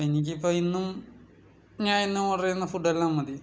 എനിക്കിപ്പം ഇന്നും ഞാനെന്നും ഓർഡറ് ചെയ്യുന്ന ഫുഡെല്ലാം മതി